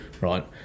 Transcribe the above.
right